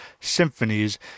symphonies